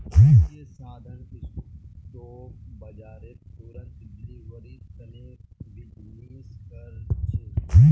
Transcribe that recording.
वित्तीय साधन स्पॉट बाजारत तुरंत डिलीवरीर तने बीजनिस् कर छे